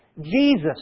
Jesus